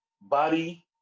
body